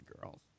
girls